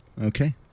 Okay